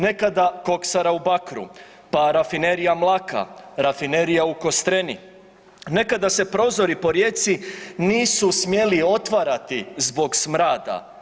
Nekada Koksara u Bakru, pa Rafinerija Mlaka, Rafinerija u Kostreni, nekada se prozori po Rijeci nisu smjeli otvarati zbog smrada.